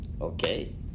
Okay